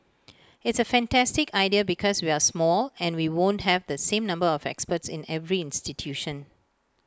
it's A fantastic idea because we're small and we won't have the same number of experts in every institution